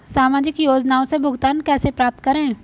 सामाजिक योजनाओं से भुगतान कैसे प्राप्त करें?